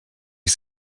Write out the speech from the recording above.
ich